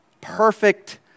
perfect